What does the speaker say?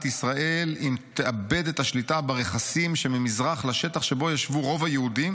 ישראל אם תאבד את השליטה ברכסים שממזרח לשטח שבו ישבו רוב היהודים,